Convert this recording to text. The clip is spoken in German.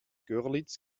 görlitz